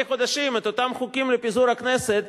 חודשים את אותם חוקים לפיזור הכנסת,